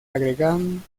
agregan